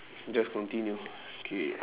just continue okay